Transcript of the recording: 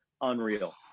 unreal